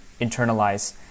internalize